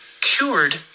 cured